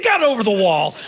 got over the wall!